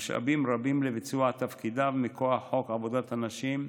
משאבים רבים לביצוע תפקידיו מכוח חוק עבודת נשים,